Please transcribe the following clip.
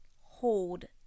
hold